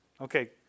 Okay